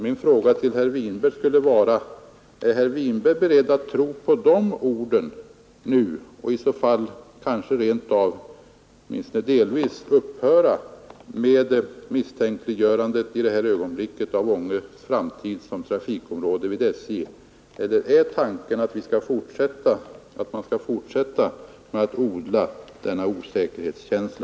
Min fråga till herr Winberg skulle vara: Är herr Winberg beredd att nu tro på dessa ord och kanske i så fall rent av — åtminstone delvis — upphöra med misstänkliggörandet av Ånges framtid som trafikområde vid SJ? Eller är det hans tanke att man skall fortsätta att odla denna osäkerhetskänsla?